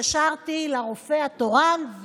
התקשרתי לרופא התורן,